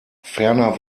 ferner